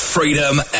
Freedom